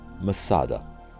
masada